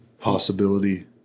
possibility